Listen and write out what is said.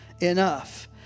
enough